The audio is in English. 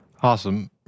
Awesome